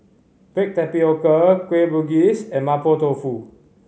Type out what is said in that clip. baked tapioca Kueh Bugis and Mapo Tofu